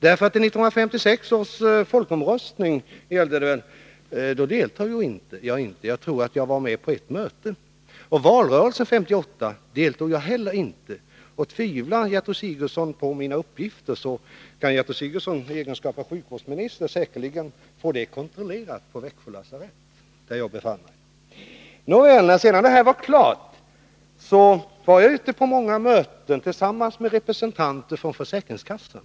I 1956 års folkomröstning deltog jag inte, jag tror att jag deltog i bara ett möte. I valrörelsen 1958 deltog jag inte heller. Tvivlar Gertrud Sigurdsen på mina uppgifter, kan fru Sigurdsen i egenskap av sjukvårdsminister säkerligen få dem kontrollerade på Växjö lasarett, där jag då befann mig. När det här var klart var jag ute på många möten, tillsammans med representanter för försäkringskassan.